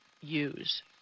use